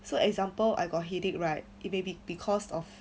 so example I got headache right it may be because of